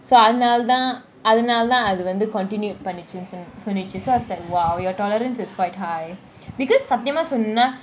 அது நாலா தான் அது நாலா தான் அது வந்து :athu naala thaan athu naala thaan athu vanthu continued பண்ணணு சொல்லிச்சி :pannanu solichi so I was like !wow! your tolerance is quite high because சாத்தியமா சொல்லனும்னா :sathiyama sollanumna